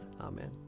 Amen